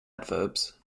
adverbs